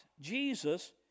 Jesus